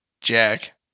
Jack